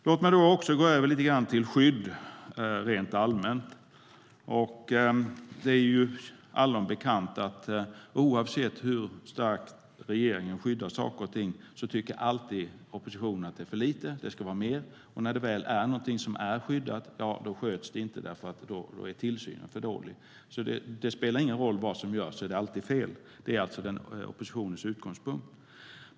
Låt mig övergå till skydd rent allmänt. Det är allom bekant att oavsett hur starkt regeringen skyddar saker och ting tycker oppositionen alltid att det är för lite och att det ska vara mer. Och när något väl är skyddat då sköts det inte för att tillsynen är för dålig. Det spelar ingen roll vad som görs; det är alltid fel. Det är oppositionens utgångspunkt.